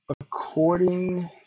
according